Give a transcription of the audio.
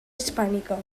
hispànica